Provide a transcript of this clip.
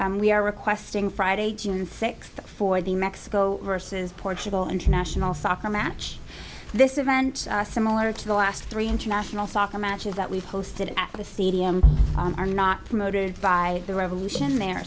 we are requesting friday june sixth for the mexico vs portugal international soccer match this event similar to the last three international soccer matches that we've hosted at the stadium are not promoted by the revolution there